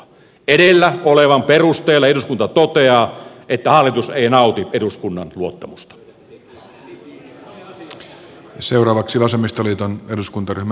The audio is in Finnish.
edellä olevan perusteella eduskunta toteaa että hallitus ei nauti eduskunnan luottamusta